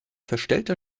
verstellter